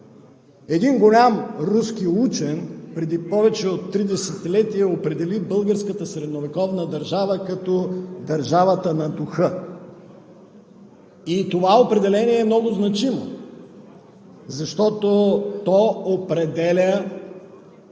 Един голям руски учен преди повече от три десетилетия определи българската средновековна държава като държавата на духа. И това определение е много значимо, защото то определя